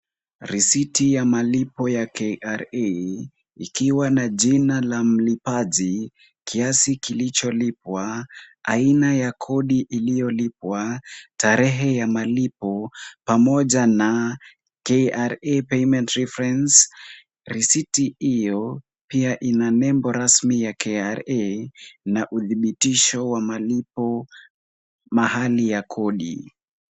Risiti ya malipo ya KRA ikiwa na jina la mlipaji, kiasi kilicholipwa, aina ya kodi iliyolipwa, tarehe ya malipo pamoja na KRA payment reference . Risiti hio pia ina nembo rasmi ya KRA na udhibitisho wa malipo mahali ya kodi.